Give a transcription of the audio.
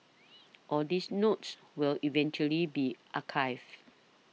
all these notes will eventually be archived